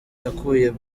yakuye